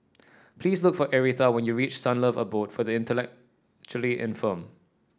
please look for Aretha when you reach Sunlove Abode for the Intellectually Infirmed